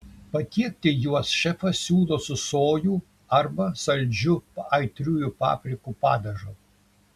patiekti juos šefas siūlo su sojų arba saldžiu aitriųjų paprikų padažu